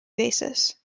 basis